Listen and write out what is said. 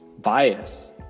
bias